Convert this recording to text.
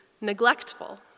neglectful